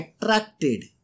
attracted